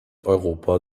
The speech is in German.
europa